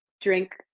drink